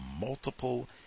multiple